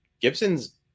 Gibson's